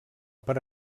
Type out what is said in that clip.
per